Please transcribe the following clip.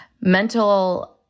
Mental